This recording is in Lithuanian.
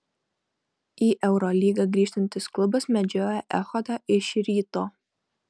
į eurolygą grįžtantis klubas medžioja echodą iš ryto